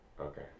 Okay